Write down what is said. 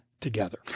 together